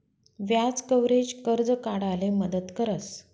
व्याज कव्हरेज, कर्ज काढाले मदत करस